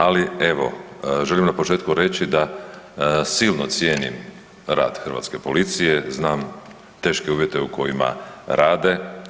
Ali evo želim na početku reći da silno cijenim rad hrvatske policije, znam teške uvjete u kojima rade.